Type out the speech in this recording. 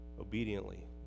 obediently